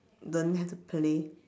don't have to play